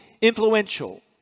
influential